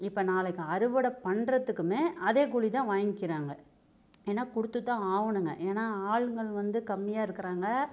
இப்போ நாளைக்கு அறுவடை பண்ணுறத்துக்குமே அதே கூலி தான் வாங்கிக்கிறாங்க ஏன்னா கொடுத்து தான் ஆவணுங்க ஏன்னா ஆளுங்கள் வந்து கம்மியாக இருக்கிறாங்க